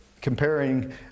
comparing